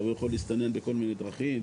הוא יכול להסתנן בכל מיני דרכים,